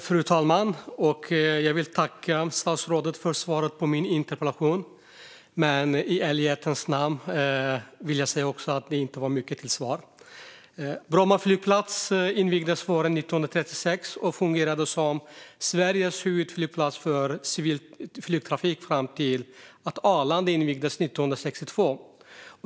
Fru talman! Jag vill tacka statsrådet för svaret på min interpellation, men i ärlighetens namn är det inte mycket till svar. Bromma flygplats invigdes våren 1936 och fungerade som Sveriges huvudflygplats för civil flygtrafik fram till att Arlanda invigdes 1962.